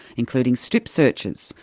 including strip searches,